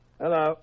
Hello